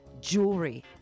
jewelry